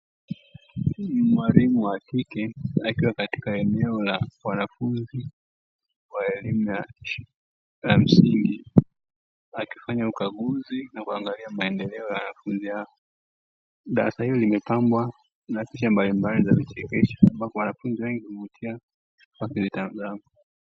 Mwalimu wa kike akiwa katika eneo la wanafunzi wa elimu ya shule ya msingi akifanya ukaguzi na kuangalia maendeleo ya wanafunzi hao. Darasa hili limepambwa na picha mbalimbali za vichekesho, ambapo wanafunzi wengi huvutiwa wakizitazama.